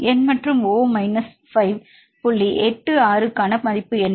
N மற்றும் O 5 புள்ளி 8 6 க்கான மதிப்பு என்ன